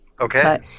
Okay